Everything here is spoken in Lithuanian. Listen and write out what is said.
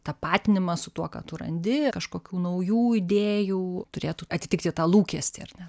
tapatinimas su tuo ką tu randi kažkokių naujų idėjų turėtų atitikti tą lūkestį ar ne